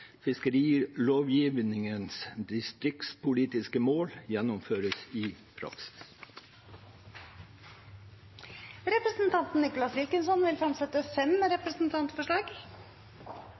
fiskerilovgivningens distriktspolitiske mål gjennomføres i praksis. Representanten Nicholas Wilkinson vil fremsette fem representantforslag.